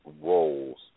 roles